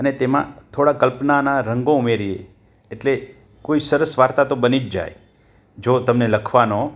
અને તેમાં થોડાક કલ્પનાના રંગો ઉમેરીએ એટલે કોઈ સરસ વાર્તા તો બની જ જાય જો તમને લખવાનો